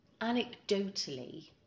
Anecdotally